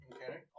Okay